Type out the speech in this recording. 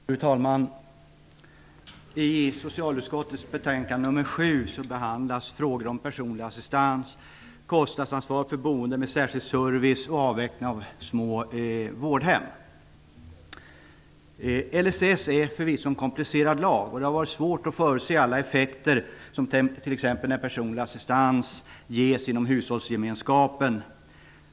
Fru talman! I socialutskottets betänkande nr 7 behandlas frågor om personlig assistans, kostnadsansvar för boende med särskild service och avveckling av små vårdhem. LSS är förvisso en komplicerad lag, och det har varit svårt att förutse alla effekter, som t.ex. när personlig assistans ges inom hushållsgemenskapen.